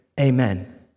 Amen